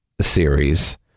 series